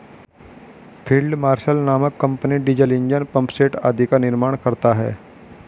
field marshal नामक company diesel engine, pumpset आदि का निर्माण करता है